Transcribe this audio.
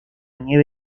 nieve